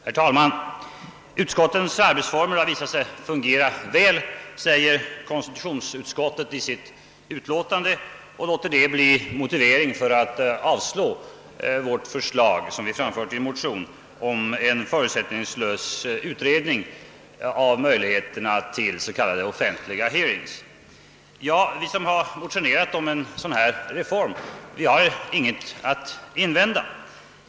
Herr talman! Utskottens arbetsformer har visat sig fungera väl, säger konstitutionsutskottet i sitt utlåtande och låter detta bli motivering för att avstyrka vårt motionsförslag om en förutsättningslös utredning av möjligheterna till s.k. offentliga hearings. Vi som har motionerat om en sådan reform har ingenting att invända.